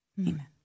Amen